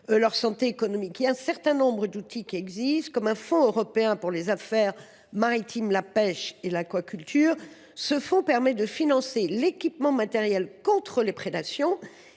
leur santé économique. Un certain nombre d’outils existent, comme le Fonds européen pour les affaires maritimes, la pêche et l’aquaculture (Feampa). Il permet de financer l’équipement matériel pour lutter contre les prédations